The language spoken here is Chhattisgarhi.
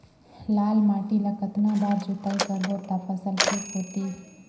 लाल माटी ला कतना बार जुताई करबो ता फसल ठीक होती?